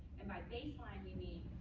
and by baseline, we mean,